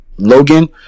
logan